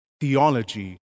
theology